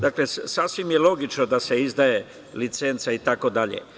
Dakle, sasvim je logično da se izdaje licenca itd.